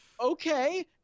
okay